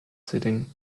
sitting